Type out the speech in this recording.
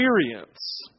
experience